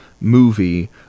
movie